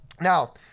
Now